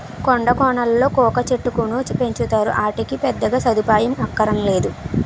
కొండా కోనలలో కోకా చెట్టుకును పెంచుతారు, ఆటికి పెద్దగా సదుపాయం అక్కరనేదు